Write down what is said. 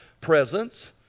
presence